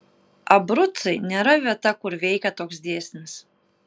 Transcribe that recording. abrucai nėra vieta kur veikia toks dėsnis